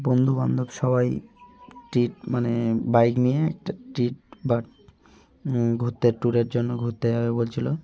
বন্ধু বান্ধব সবাই ট্রিট মানে বাইক নিয়ে একটা ট্রিট বা ঘুরতে ট্যুরের জন্য ঘুরতে যাবে বলছিলো